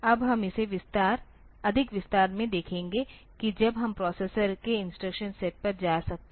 तो हम इसे अधिक विस्तार से देखेंगे कि जब हम प्रोसेसर के इंस्ट्रक्शन सेट पर जा सकते हैं